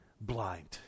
blind